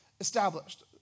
established